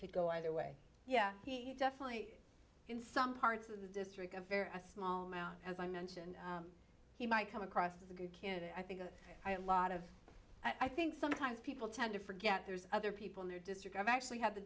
to go either way yeah definitely in some parts of the district of a small amount as i mentioned he might come across as a good candidate i think a lot of i think sometimes people tend to forget there's other people in their district i've actually had t